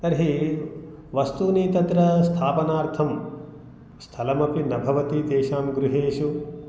तर्हि वस्तूनि तत्र स्थापनार्थं स्थलमपि न भवति तेषां गृहेषु